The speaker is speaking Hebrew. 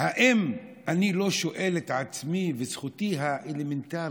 האם אני לא שואל את עצמי, זכותי האלמנטרית,